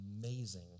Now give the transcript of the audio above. amazing